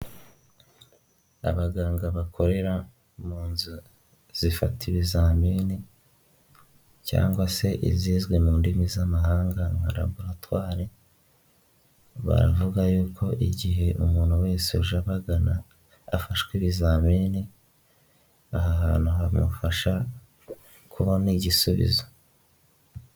Abaganga bakorera mu nzu zifata ibizamini cyangwa se izizwi mu ndimi z'amahanga nka laboratwari, baravuga yuko igihe umuntu wese uje abagana, afashwe ibizamini, aha hantu hamufasha, kubona igisubizo.